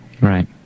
Right